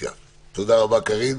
תודה רבה, קארין.